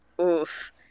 oof